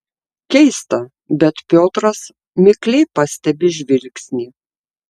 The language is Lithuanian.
keista bet piotras mikliai pastebi žvilgsnį